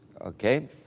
Okay